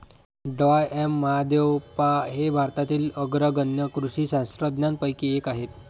डॉ M Mahadevappa हे भारतातील अग्रगण्य कृषी शास्त्रज्ञांपैकी एक आहेत